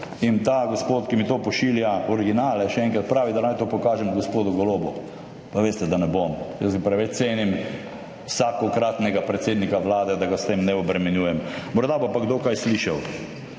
In ta gospod, ki mi pošilja originale, pravi, da naj to pokažem gospodu Golobu, pa veste, da ne bom. Jaz ga preveč cenim, vsakokratnega predsednika Vlade, da ga s tem ne obremenjujem, morda bo pa kdo kaj slišal.